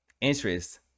interest